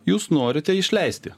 jūs norite išleisti